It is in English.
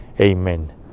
Amen